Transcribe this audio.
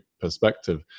perspective